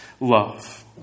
love